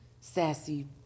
sassy